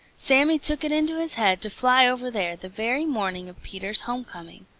sammy took it into his head to fly over there the very morning of peter's home-coming.